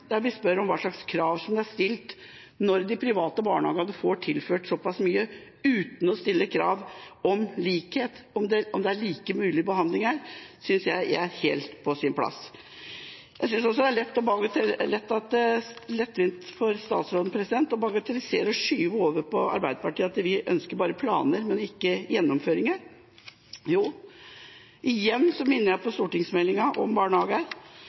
der vi spør om hva slags krav som er stilt, når de private barnehagene får tilført såpass mye uten å stille krav om likhet, om det er mulig med likebehandling her, synes jeg er helt på sin plass. Jeg synes også det er lettvint av statsråden å bagatellisere og skyve over på Arbeiderpartiet at vi ønsker bare planer, men ikke gjennomføringer. Igjen minner jeg om stortingsmeldinga om barnehager,